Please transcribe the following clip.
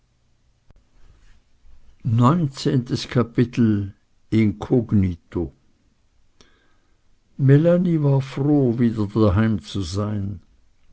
machen müssen inkognito melanie war froh wieder daheim zu sein